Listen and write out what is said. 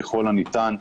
ככל הניתן,